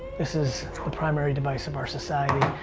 this is the primary device of our society.